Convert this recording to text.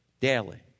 Daily